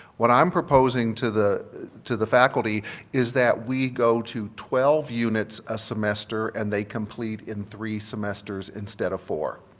what i'm proposing to the to the faculty is that we go to twelve units a semester and they complete in three semesters instead of four.